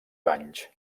banys